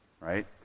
right